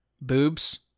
Boobs